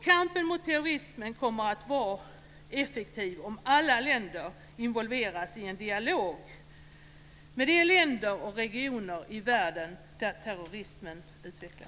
Kampen mot terrorismen kommer att vara effektiv om alla länder involveras i en dialog med de länder och regioner i världen där terrorismen utvecklas.